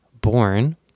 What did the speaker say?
born